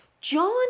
John